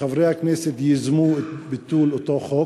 שחברי הכנסת ייזמו את ביטול אותו חוק?